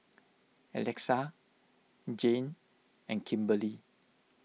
Alexa Jayne and Kimberely